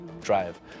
drive